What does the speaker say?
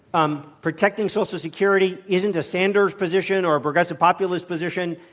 um protecting social security isn't a sanders position or a progressive populist position.